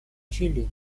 чили